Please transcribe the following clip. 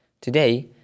Today